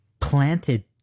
planted